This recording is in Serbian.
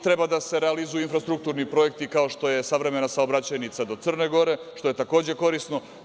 Treba da se realizuju infrastrukturni projekti kao što je savremena saobraćajnica do Crne Gore, što je takođe korisno.